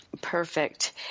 Perfect